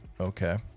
Okay